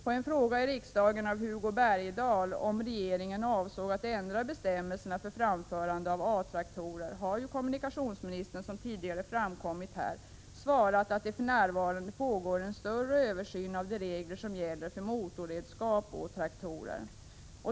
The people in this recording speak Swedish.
På en fråga i riksdagen av Hugo Bergdahl, om regeringen avsåg att ändra på bestämmelserna för framförande av A-traktorer, har kommunikationsministern, som tidigare har framkommit, svarat att det för närvarande pågår en större översyn av de regler som gäller för motorredskap och traktorer.